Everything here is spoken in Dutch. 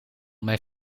mijn